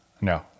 No